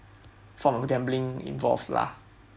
form of gambling involved lah